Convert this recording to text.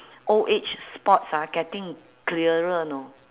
old age spots ah getting clearer you know